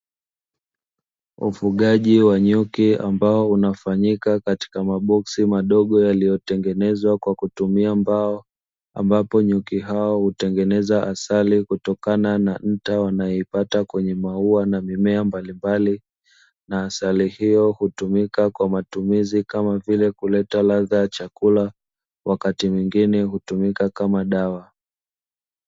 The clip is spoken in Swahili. Ufugaji wa nyuki ambao unafanyika katika maboksi madogo yaliyotengenezwa kwa kutumia mbao, ambapo nyuki hao hutengeneza asali kutokana na nta wanayoipata kwenye maua na mimea mbalimbali. Na asali hiyo hutumika kwa matumizi kama vile kuleta ladha ya chakula wakati mwingine hutumika kama dawa.